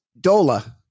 Dola